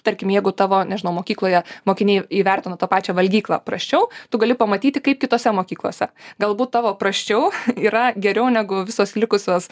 tarkim jeigu tavo nežinau mokykloje mokiniai įvertina tą pačią valgyklą prasčiau tu gali pamatyti kaip kitose mokyklose galbūt tavo prasčiau yra geriau negu visos likusios